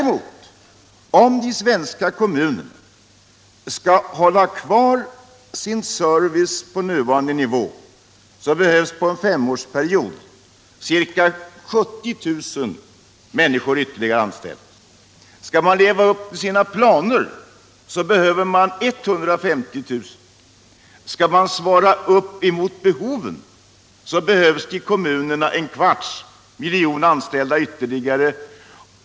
Om de svenska kommunerna skall kunna hålla kvar sin service på nuvarande nivå, behöver under en femårsperiod ca 70000 människor ytterligare anställas. Skall kommunerna leva upp till sina planer behövs 150 000. Skall man svara upp emot behoven behövs det i kommunerna ytterligare en kvarts miljon anställda.